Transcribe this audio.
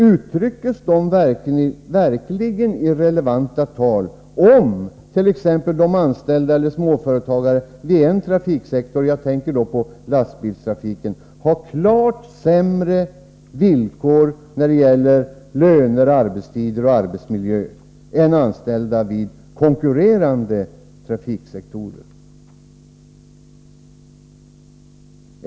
Uttrycks dessa verkligen i relevanta tal om t.ex. anställda eller småföretagare vid en trafiksektor— jag tänker då på lastbilstrafiken — har klart sämre villkor när det gäller löner, arbetstider och arbetsmiljö än anställda vid en konkurrerande trafiksektor?